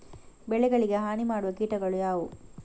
ಬೆಳೆಗಳಿಗೆ ಹಾನಿ ಮಾಡುವ ಕೀಟಗಳು ಯಾವುವು?